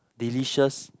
delicious